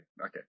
okay